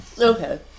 Okay